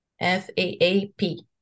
F-A-A-P